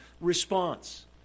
response